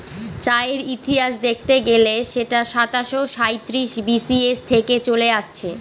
চায়ের ইতিহাস দেখতে গেলে সেটা সাতাশো সাঁইত্রিশ বি.সি থেকে চলে আসছে